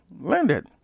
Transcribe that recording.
landed